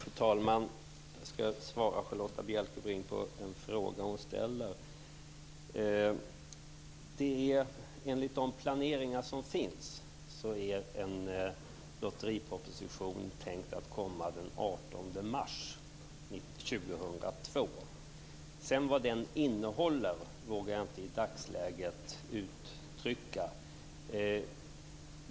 Fru talman! Jag ska svara på Charlotta Bjälkebrings fråga. Enligt de planeringar som finns är en lotteriproposition tänkt att komma den 18 mars 2002. Vad den sedan innehåller vågar jag i dagsläget inte uttala mig om.